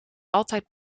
altijd